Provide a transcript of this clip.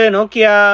Nokia